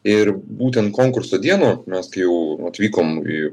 ir būtent konkurso dieną mes kai jau atvykom į